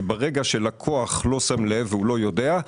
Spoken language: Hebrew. כי ברגע שלקוח לא שם לב והוא לא יודע,